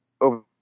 over